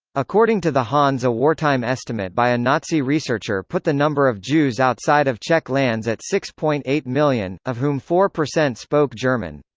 according to the hahns a wartime estimate by a nazi researcher put the number of jews outside of czech lands at six point eight million, of whom four percent spoke german.